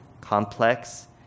complex